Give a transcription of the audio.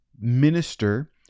minister